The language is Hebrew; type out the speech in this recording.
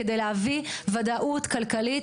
כדי להביא וודאות כלכלית,